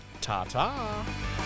Ta-ta